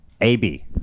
ab